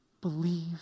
believe